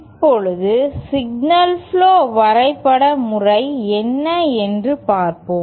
இப்போது signal flow வரைபட முறை என்ன என்று பார்ப்போம்